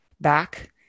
back